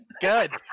Good